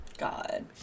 god